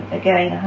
again